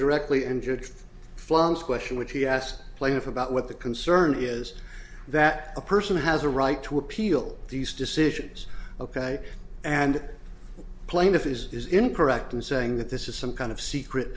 directly injured flunks question which he asked plaintiff about what the concern is that a person has a right to appeal these decisions ok and plaintiff is incorrect in saying that this is some kind of secret